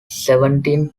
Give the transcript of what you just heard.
seventeen